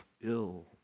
ill